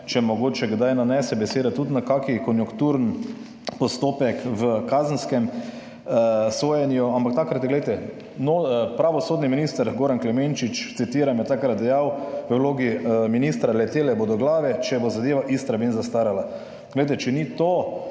če mogoče kdaj nanese beseda tudi na kakšen konjunkturni postopek v kazenskem sojenju, ampak takrat je, glejte, pravosodni minister Goran Klemenčič, citiram, takrat dejal v vlogi ministra: »Letele bodo glave, če bo zadeva Istrabenz zastarala.« Če ni to